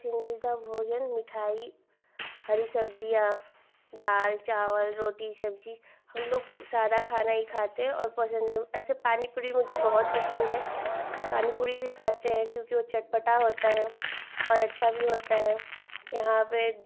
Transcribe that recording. पसन्दीदा भोजन मिठाई हरी सब्ज़ियाँ दाल चावल रोटी सब्ज़ी हमलोग सारा खाना ही खाते हैं और पसन्द ऐसे पानी पूड़ी मुझे बहुत पसन्द है पानी पूड़ी भी खाते हैं क्योंकि वह चटपटा होता है और अच्छा भी होता है यहाँ पर